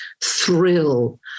thrill